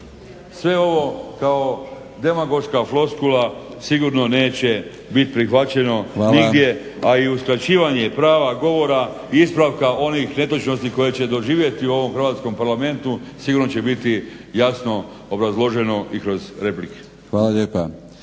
Milorad (HNS)** Hvala. **Đakić, Josip (HDZ)** A i uskraćivanje prava govora i ispravka onih netočnosti koje će doživjeti u ovom Hrvatskom parlamentu sigurno će biti jasno obrazloženo i kroz replike. **Batinić,